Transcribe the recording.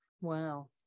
Wow